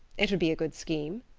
it would be a good scheme,